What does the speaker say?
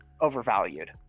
overvalued